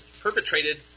perpetrated